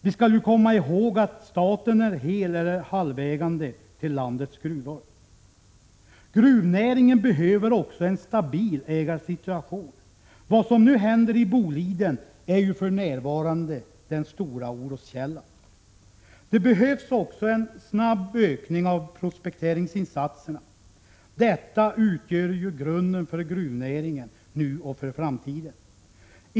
Vi skall komma ihåg att staten är heleller halvägande till landets gruvor. Gruvnäringen behöver också en stabil ägarsituation. Vad som händer i Boliden är för närvarande den stora oroskällan. Det behövs också en snabb ökning av prospekteringsinsatserna. Dessa utgör ju grunden för gruvnäringen, nu och för framtiden.